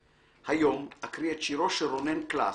היום אקריא את שירו של רונן קלאס.